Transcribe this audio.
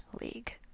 League